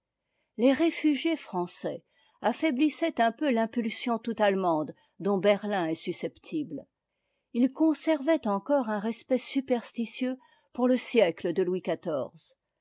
les réfugiés français affaiblissaient un peu l'impulsion toute allemande dont berlin est susceptible ils conservaient encore un respect superstitieux pour le siècle de louis